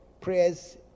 prayers